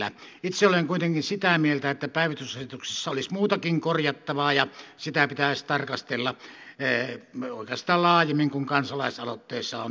itse olen kuitenkin sitä mieltä että päivystysasetuksessa olisi muutakin korjattavaa ja sitä pitäisi tarkastella oikeastaan laajemmin kuin kansalaisaloitteessa on esitetty